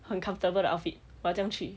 很 comfortable 的 outfit 我要这样去